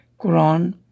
Quran